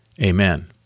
Amen